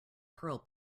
pearl